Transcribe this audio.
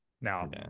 Now